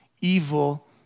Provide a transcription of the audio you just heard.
Evil